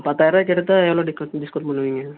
பத்தாயிருவாக்கு எடுத்தால் எவ்வளோ டிஸ்கவ் டிஸ்க்கவுண்ட் பண்ணுவீங்க